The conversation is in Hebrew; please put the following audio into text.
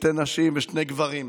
שתי נשים ושני גברים,